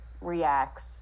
reacts